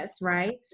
right